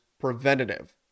preventative